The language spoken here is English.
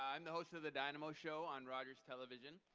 i'm the host of the dynamo show on rogers television.